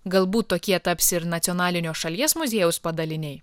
galbūt tokie taps ir nacionalinio šalies muziejaus padaliniai